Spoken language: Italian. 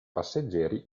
passeggeri